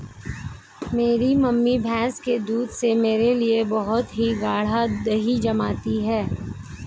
मेरी मम्मी भैंस के दूध से मेरे लिए बहुत ही गाड़ा दही जमाती है